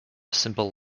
simple